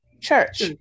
church